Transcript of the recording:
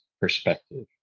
perspective